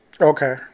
Okay